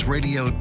Radio